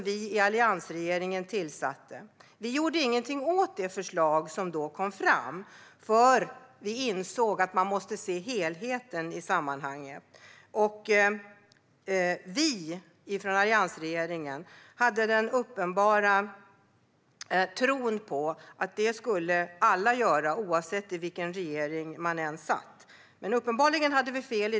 Då gjorde vi inget åt det förslag som kom fram, för vi insåg att man måste se helheten. Alliansregeringen trodde att det skulle alla göra, oavsett regering, men uppenbarligen hade vi fel.